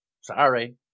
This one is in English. Sorry